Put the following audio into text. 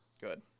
Good